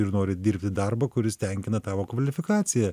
ir nori dirbi darbą kuris tenkina tavo kvalifikaciją